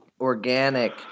organic